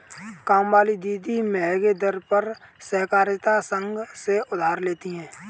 कामवाली दीदी महंगे दर पर सहकारिता संघ से उधार लेती है